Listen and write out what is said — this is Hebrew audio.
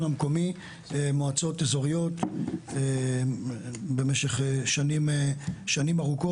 המקומי ומועצות אזוריות במשך שנים ארוכות.